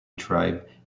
tribe